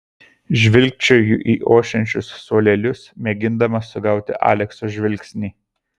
žvilgčioju į ošiančius suolelius mėgindama sugauti alekso žvilgsnį